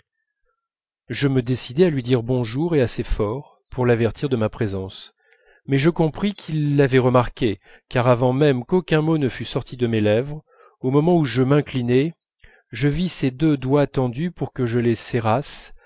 je me décidai à lui dire bonjour et assez fort pour l'avertir de ma présence mais je compris qu'il l'avait remarquée car avant même qu'aucun mot ne fût sorti de mes lèvres au moment où je m'inclinais je vis ses deux doigts tendus pour que je